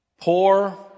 Poor